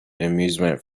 amusement